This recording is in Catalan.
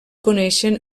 coneixen